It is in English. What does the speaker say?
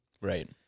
Right